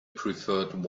preferred